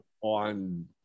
on